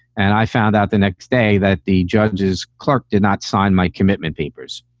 and i found out the next day that the judge's clerk did not sign my commitment papers.